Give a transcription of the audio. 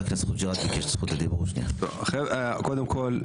קודם כל,